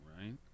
right